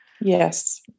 Yes